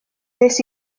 des